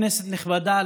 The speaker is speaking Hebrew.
כנסת נכבדה,